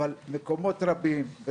אבל מקומות רבים,